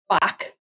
back